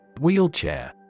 Wheelchair